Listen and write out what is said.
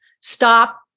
stop